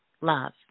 love